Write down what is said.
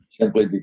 simply